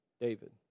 David